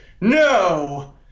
No